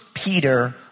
Peter